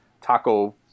taco